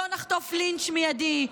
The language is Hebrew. לא נחטוף לינץ' מיידי?